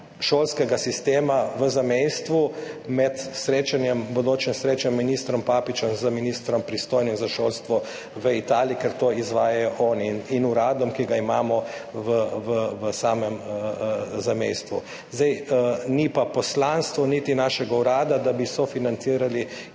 šolskega sistema v zamejstvu med prihodnjim srečanjem ministra Papiča z ministrom, pristojnim za šolstvo v Italiji, ker to izvajajo oni, in uradom, ki ga imamo v samem zamejstvu. Ni pa poslanstvo niti našega urada, da bi sofinancirali